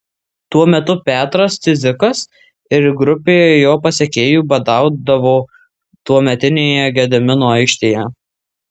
tuo metu petras cidzikas ir grupė jo pasekėjų badaudavo tuometinėje gedimino aikštėje